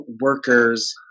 workers